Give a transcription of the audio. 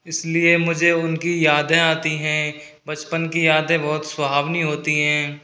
इसलिए मुझे उनकी यादें आती हैं बचपन की यादें बहुत सुहावनी होती हैं